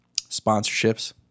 Sponsorships